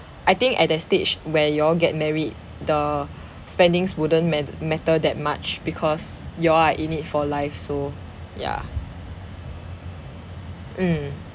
I think at that stage where you all get married the spendings wouldn't ma~ matter that much because you are in it for life so yeah mm